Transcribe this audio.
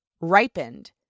ripened